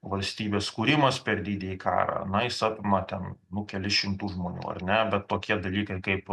valstybės kūrimas per didįjį karą na jis apima ten nu kelis šimtų žmonių ar ne bet tokie dalykai kaip